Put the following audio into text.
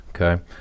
okay